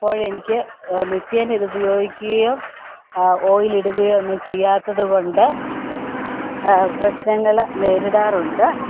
അപ്പോൾ എനിക്ക് നിത്യേന ഇത് ഉപയോഗിക്കുകയോ ഓയിലിടുകയോ ഒന്നും ചെയ്യാത്തതുകൊണ്ട് പ്രശ്നങ്ങൾ നേരിടാറുണ്ട്